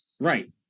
Right